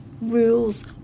rules